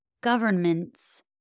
Governments